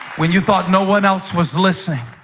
when you thought no one else was listening